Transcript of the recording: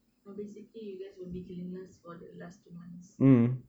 while basically you guys will be cleaners for the last months